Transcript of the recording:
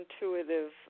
intuitive